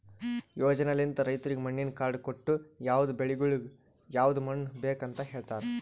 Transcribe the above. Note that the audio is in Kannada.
ಯೋಜನೆಲಿಂತ್ ರೈತುರಿಗ್ ಮಣ್ಣಿನ ಕಾರ್ಡ್ ಕೊಟ್ಟು ಯವದ್ ಬೆಳಿಗೊಳಿಗ್ ಯವದ್ ಮಣ್ಣ ಬೇಕ್ ಅಂತ್ ಹೇಳತಾರ್